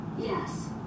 Yes